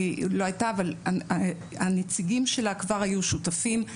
אבל הנציגים שלה כבר היו שותפים,